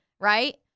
Right